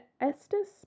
Estes